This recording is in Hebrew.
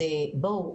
אז בואו.